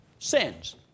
Sins